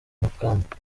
makamba